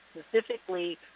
specifically